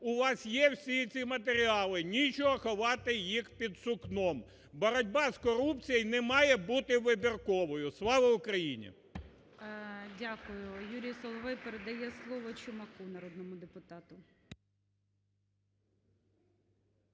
у вас є всі ці матеріали, нічого ховати їх під сукном, боротьба з корупцією не має бути вибірковою. Слава Україні! ГОЛОВУЮЧИЙ. Дякую. Юрій Соловей передає слово Чумаку народному депутату.